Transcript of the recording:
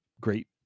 great